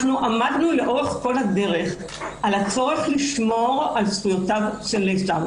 עמדנו לאורך כל הדרך על הצורך לשמור על זכויותיו של נאשם.